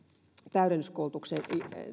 täydennyskoulutuksen